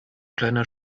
kleiner